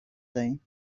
دهیم